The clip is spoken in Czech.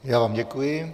Já vám děkuji.